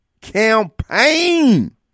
campaign